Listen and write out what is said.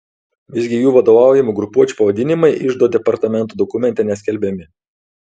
visgi jų vadovaujamų grupuočių pavadinimai iždo departamento dokumente neskelbiami